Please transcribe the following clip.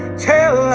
tell